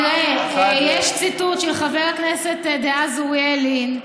תראה, יש ציטוט של חבר הכנסת דאז אוריאל לין,